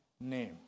name